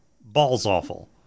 balls-awful